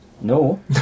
no